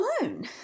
alone